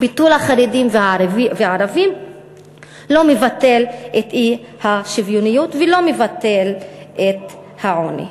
ביטול החרדים והערבים לא מבטל את האי-שוויוניות ולא מבטל את העוני.